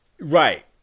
Right